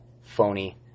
phony